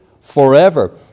forever